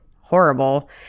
horrible